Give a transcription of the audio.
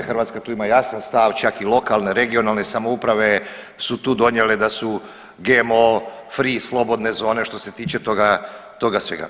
Hrvatska tu ima jasan stav, čak i lokalne, regionalne samouprave su tu donijele da su GMO free slobodne zone što se tiče toga svega.